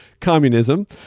communism